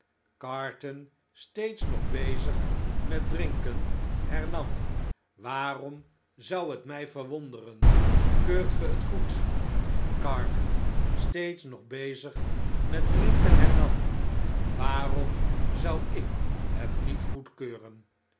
carton steeds nog bezig met drinken hernam waarom zou het mij verwonderen keurt ge het goed carton steeds nog bezig met drinken hernam waarom zou ik het niet goedkeuren